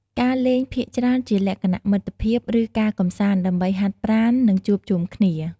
ការលេងភាគច្រើនជាលក្ខណៈ មិត្តភាព ឬ ការកម្សាន្ត ដើម្បីហាត់ប្រាណ និងជួបជុំគ្នា។